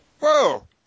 Whoa